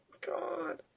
God